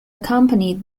accompanied